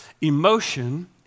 Emotion